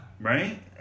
Right